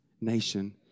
nation